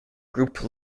group